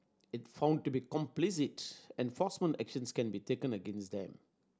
if found to be complicit enforcement actions can be taken against them